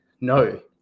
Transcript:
no